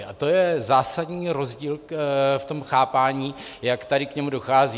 A to je zásadní rozdíl v tom chápání, jak tady k němu dochází.